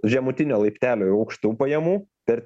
žemutinio laiptelio jau aukštų pajamų per